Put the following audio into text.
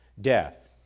death